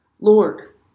Lord